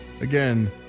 Again